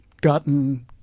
gotten